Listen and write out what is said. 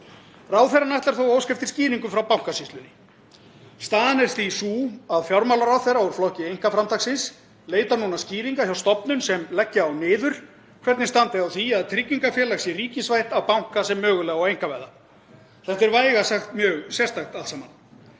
Ráðherrann ætlar þó að óska eftir skýringum frá Bankasýslunni. Staðan er því sú að fjármálaráðherra úr flokki einkaframtaksins leitar núna skýringa hjá stofnun sem leggja á niður hvernig standi á því að tryggingafélag sé ríkisvætt af banka sem mögulega á að einkavæða. Þetta er vægast sagt mjög sérstakt allt saman.